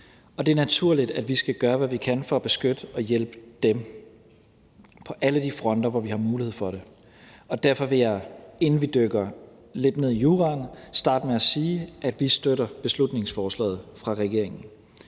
det er naturligt, at vi skal gøre, hvad vi kan, for at beskytte og hjælpe dem på alle de fronter, hvor vi har mulighed for det. Derfor vil jeg, inden vi dykker lidt ned i juraen, starte med at sige, at vi støtter beslutningsforslaget fra regeringens